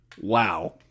wow